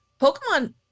pokemon